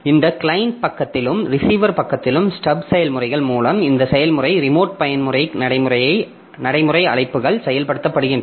இந்த கிளையன்ட் பக்கத்திலும் ரிசீவர் பக்கத்திலும் ஸ்டப் செயல்முறைகள் மூலம் இந்த செயல்முறை ரிமோட் பயன்முறை நடைமுறை அழைப்புகள் செயல்படுத்தப்படுகின்றன